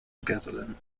gasoline